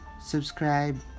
subscribe